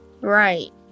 Right